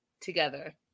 together